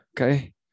okay